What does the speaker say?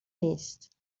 نیست